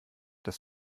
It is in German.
des